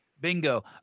Bingo